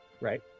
right